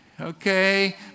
Okay